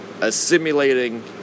assimilating